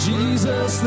Jesus